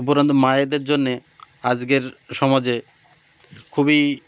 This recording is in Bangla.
উপরন্তু মায়েদের জন্যে আজকের সমাজে খুবই